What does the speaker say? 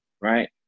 right